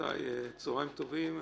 רבותיי, צהרים טובים.